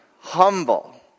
humble